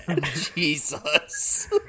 Jesus